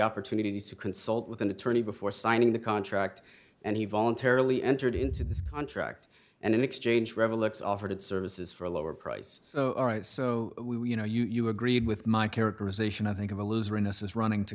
opportunity to consult with an attorney before signing the contract and he voluntarily entered into this contract and in exchange revellers offered services for a lower price all right so we were you know you agreed with my characterization i think of a loser in essence running to